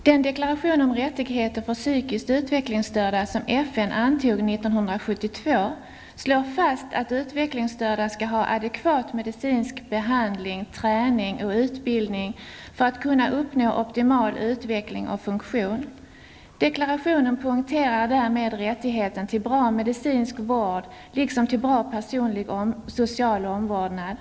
Herr talman! Den deklaration om rättigheter för psykiskt utvecklingsstörda som FN antog 1972 slår fast att utvecklingsstörda skall ha adekvat medicinsk behandling, träning och utbildning för att kunna uppnå optimal utveckling och funktion. Deklarationen poängterar därmed rättigheten till bra medicinsk vård liksom till bra personlig social omvårdnad.